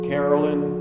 Carolyn